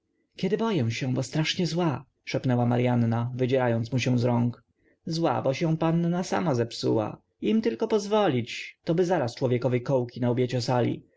kiedy boję się bo strasznie zła szepnęła maryanna wydzierając mu się z rąk zła boś ją sama panna zepsuła im tylko pozwolić toby zaraz człowiekowi kołki na łbie ciosali